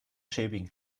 schäbigen